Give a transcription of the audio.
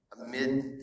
amid